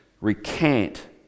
recant